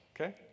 okay